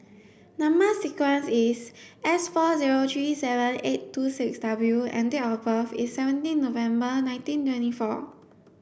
number sequence is S four zero three seven eight two six W and date of birth is seventeen November nineteen twenty four